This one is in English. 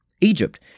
Egypt